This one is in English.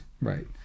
right